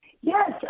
Yes